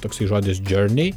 toksai žodis džiornei